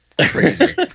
crazy